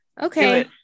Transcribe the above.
okay